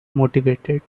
motivated